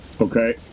Okay